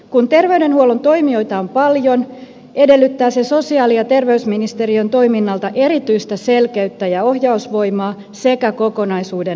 kun terveydenhuollon toimijoita on paljon edellyttää se sosiaali ja terveysministeriön toiminnalta erityistä selkeyttä ja ohjausvoimaa sekä kokonaisuuden hallintaa